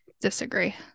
Disagree